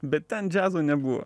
bet ten džiazo nebuvo